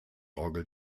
orgel